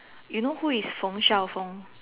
you know who is Feng-Shao-Feng